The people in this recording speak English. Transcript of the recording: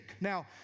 Now